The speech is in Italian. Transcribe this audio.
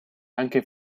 anche